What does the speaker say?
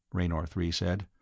raynor three said,